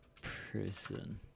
prison